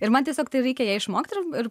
ir man tiesiog tai reikia ją išmokt ir